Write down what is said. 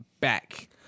back